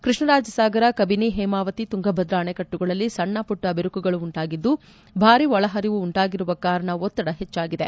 ಕೃಷ್ಣರಾಜ ಸಾಗರ ಕಬಿನಿ ಹೇಮಾವತಿ ತುಂಗಭದ್ರ ಅಣೆಕಟ್ಟುಗಳಲ್ಲಿ ಸಣ್ಣ ಮಟ್ಟ ಬಿರುಕುಗಳು ಉಂಟಾಗಿದ್ದು ಭಾರಿ ಒಳ ಹರಿವು ಉಂಟಾಗಿರುವ ಕಾರಣ ಒತ್ತಡ ಹೆಚ್ಚಾಗಿದೆ